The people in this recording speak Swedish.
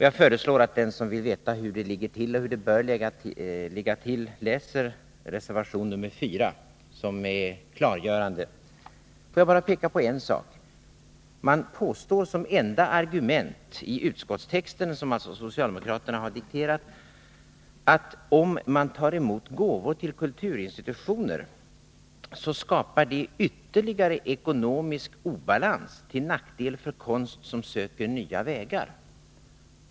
Jag föreslår att deh som vill veta hur det ligger till och hur det bör ligga till läser reservation nr 4 som är klargörande. Får jag bara peka på en sak. Det enda argumentet i utskottstexten, som socialdemokraterna har dikterat, är att om man tar emot gåvor till kulturinstitutioner, skapar det ytterligare ekonomisk obalans till nackdel för konst som söker nya vägar.